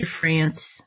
France